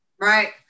Right